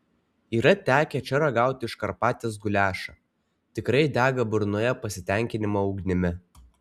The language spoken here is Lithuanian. yra tekę čia ragauti užkarpatės guliašą tikrai dega burnoje pasitenkinimo ugnimi